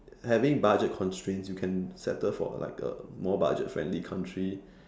having budget constraints you can settle for like a more budget friendly country